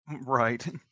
Right